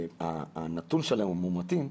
הנתון של המאומתים,